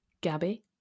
Gabby